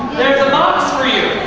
there's a box for you.